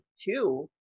two